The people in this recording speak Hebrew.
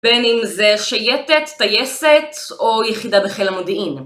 בין אם זה שייטת, טייסת או יחידה בחיל המודיעין.